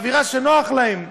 באווירה שנוחה להם.